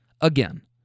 Again